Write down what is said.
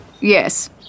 Yes